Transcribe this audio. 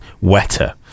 wetter